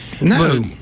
No